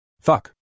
Fuck